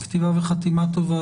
כתיבה וחתימה טובה.